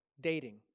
dating